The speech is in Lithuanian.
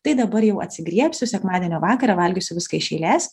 tai dabar jau atsigriebsiu sekmadienio vakarą valgysiu viską iš eilės